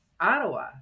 ottawa